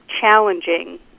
challenging